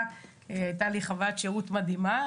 הייתה לי חוויית שירות מדהימה,